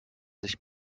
sich